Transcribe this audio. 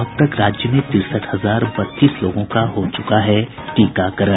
अब तक राज्य में तिरसठ हजार बत्तीस लोगों का हो चुका है टीकाकरण